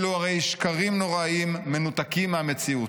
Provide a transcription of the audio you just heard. אלה הרי שקרים נוראיים, מנותקים מהמציאות.